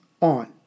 on